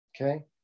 okay